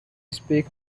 speak